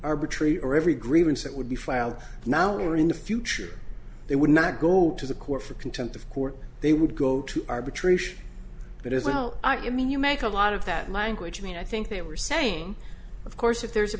arbitrary or every grievance that would be filed now or in the future they would not go to the court for contempt of court they would go to arbitration but as well you mean you make a lot of that language mean i think they were saying of course if there's a